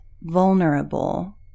vulnerable